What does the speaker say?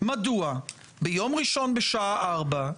מדוע ביום ראשון בשעה 16:00,